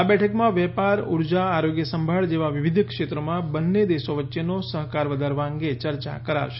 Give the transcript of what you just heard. આ બેઠકમાં વેપાર ઉર્જા આરોગ્ય સંભાળ જેવા વિવિધ ક્ષેત્રોમાં બંને દેશો વચ્ચેનો સહકાર વધારવા અંગે ચર્ચા કરાશે